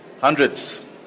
Hundreds